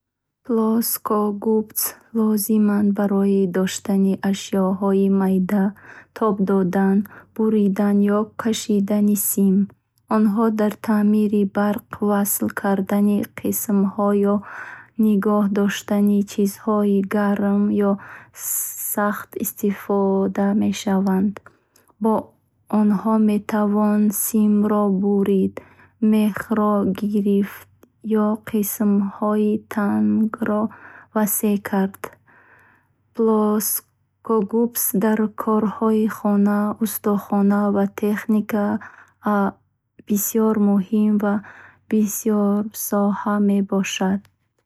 Плоскогубц лозиманд барои доштани ашёҳои майда тоб додан буридан ё кашидани сим. Онҳо дар таъмири барқӣ васл кардани қисмҳо ё нигоҳ доштани чизҳои гарм ё сахт истифода мешаванд. Бо онҳо метавон симро бурид мехро гирифт ё қисмҳои тангро васл кард. Плоскогубц дар корҳои хона устохона ва техника абзори бисёр муҳим ва бисёрсоҳа мебошанд.